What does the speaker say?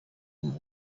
into